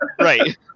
right